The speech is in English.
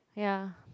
ya